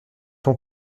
ton